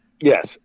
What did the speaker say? Yes